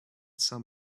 some